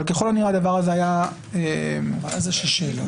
אבל ככל הנראה הדבר הזה היה --- בלתי אפשרי.